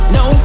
no